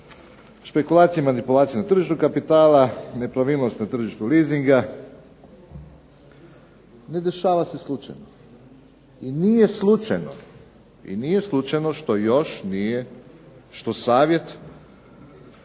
spekulacije, manipulacije na tržištu kapitala, nepravilnosti na tržištu leasinga ne dešava se slučajno. I nije slučajno što savjet